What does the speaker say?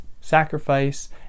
sacrifice